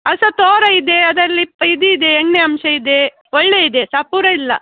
ಅದು ಸ್ವಲ್ಪ ತೋರ ಇದೆ ಅದರಲ್ಲಿ ಪ್ ಇದು ಇದೆ ಎಣ್ಣೆ ಅಂಶ ಇದೆ ಒಳ್ಳೆಯ ಇದೆ ಸಪೂರ ಇಲ್ಲ